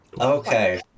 okay